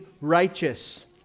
righteous